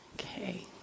Okay